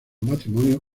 matrimonio